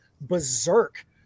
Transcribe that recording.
berserk